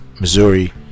Missouri